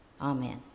Amen